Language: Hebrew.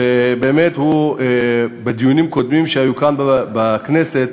שבאמת, בדיונים קודמים שהיו כאן בכנסת,